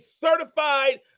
certified